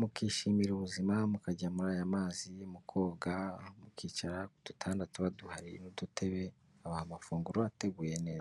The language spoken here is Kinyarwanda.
mukishimira ubuzima, mukajya muri aya mazi, mukoga, mukicara ku dutanda tuba duhari n'udutebe, babaha amafunguro ateguye neza.